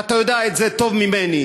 ואתה יודע את זה טוב ממני,